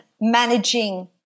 managing